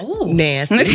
nasty